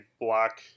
black